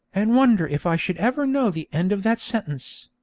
and wonder if i should ever know the end of that sentence.